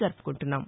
జరువుకుంటున్నాం